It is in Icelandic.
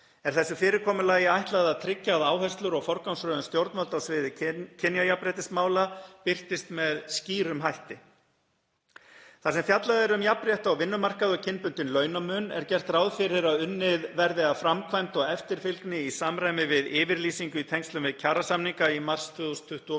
Er þessu fyrirkomulagi ætlað að tryggja að áherslur og forgangsröðun stjórnvalda á sviði kynjajafnréttismála birtist með skýrum hætti. Þar sem fjallað er um jafnrétti á vinnumarkaði og kynbundinn launamun er gert ráð fyrir að unnið verði að framkvæmd og eftirfylgni í samræmi við yfirlýsingu í tengslum við kjarasamninga í mars 2024.